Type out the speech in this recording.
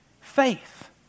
Faith